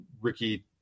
Ricky